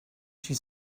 she